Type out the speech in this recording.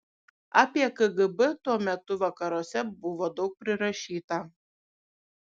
apie kgb tuo metu vakaruose buvo daug prirašyta